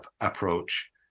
approach